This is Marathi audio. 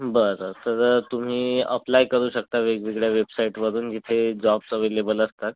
बरं तर तुम्ही अप्लाय करू शकता वेगवेगळ्या वेबसाइटवरून इथे जॉब्स अवेलेबल असतात